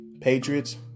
Patriots